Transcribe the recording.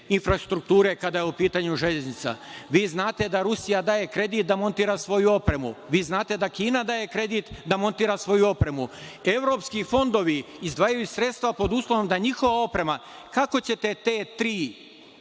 infrastrukture kada je u pitanju železnica? Vi znate da Rusija daje kredit da montira svoju opremu, vi znate da Kina daje kredit da montira svoju opremu. Evropski fondovi izdvajaju sredstva pod uslovom da je njihova oprema. Kako ćete te tri